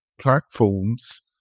platforms –